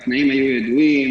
התנאים היו ידועים.